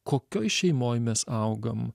kokioj šeimoj mes augam